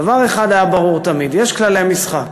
דבר אחד היה ברור תמיד: יש כללי משחק,